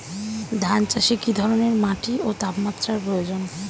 ধান চাষে কী ধরনের মাটি ও তাপমাত্রার প্রয়োজন?